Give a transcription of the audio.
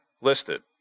listed